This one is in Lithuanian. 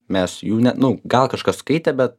mes jų ne nu gal kažkas skaitė bet